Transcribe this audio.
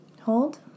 Hold